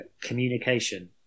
communication